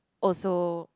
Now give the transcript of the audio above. also